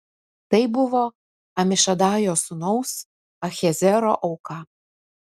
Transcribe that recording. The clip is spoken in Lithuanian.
tai buvo amišadajo sūnaus ahiezero auka